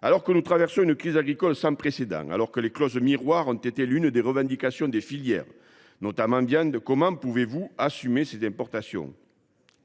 alors que nous traversons une crise agricole sans précédent et que les clauses miroirs ont été l’une des revendications des filières, notamment celle de la viande, comment pouvez vous assumer de telles importations